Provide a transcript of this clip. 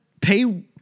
pay